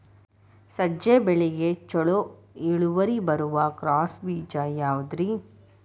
ಸಜ್ಜೆ ಬೆಳೆಗೆ ಛಲೋ ಇಳುವರಿ ಬರುವ ಕ್ರಾಸ್ ಬೇಜ ಯಾವುದ್ರಿ?